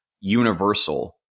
universal